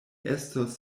estos